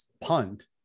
punt